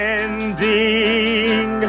ending